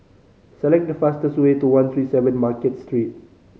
select the fastest way to one three seven Market Street